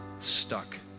stuck